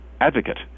advocate